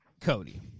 Cody